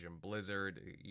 blizzard